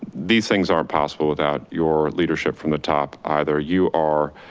these things aren't possible without your leadership from the top either. you are